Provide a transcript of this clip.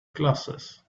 glasses